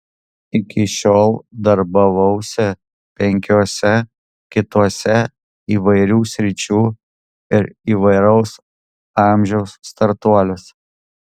iki šiol darbavausi penkiuose kituose įvairių sričių ir įvairaus amžiaus startuoliuose